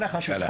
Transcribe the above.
בין החשובות.